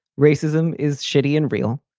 racism is shitty and real.